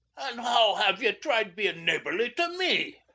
and how have ye tried bein' neighbourly to me?